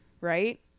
right